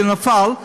זה נפל.